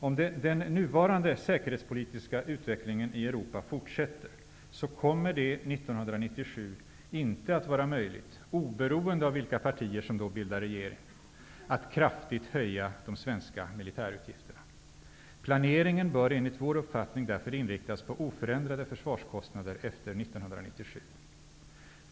Om den nuvarande säkerhetspolitiska utvecklingen i Europa fortsätter kommer det 1997 inte att vara möjligt -- oberoende av vilka partier som då bildar regering -- att kraftigt höja de svenska militärutgifterna. Planeringen bör enligt vår uppfattning därför inriktas på oförändrade försvarskostnader efter 1997.